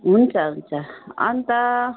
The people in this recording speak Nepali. हुन्छ हुन्छ अन्त